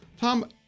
Tom